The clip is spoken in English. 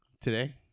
today